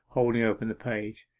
holding open the page,